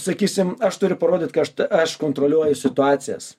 sakysim aš turiu parodyt kad aš kontroliuoju situacijas